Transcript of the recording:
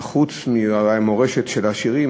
וחוץ מהמורשת של השירים,